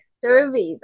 service